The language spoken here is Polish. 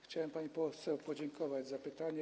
Chciałem pani poseł podziękować za pytanie.